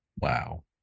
Wow